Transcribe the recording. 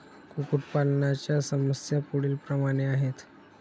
कुक्कुटपालनाच्या समस्या पुढीलप्रमाणे आहेत